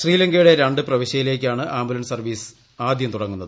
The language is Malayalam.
ശ്രീലങ്കയുടെ രണ്ട് പ്രവിശൃയിലേക്കാണ് ആംബുലൻസ് സർവ്വീസ് ആദ്യം തുടങ്ങുന്നത്